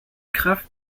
kraft